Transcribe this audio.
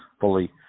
fully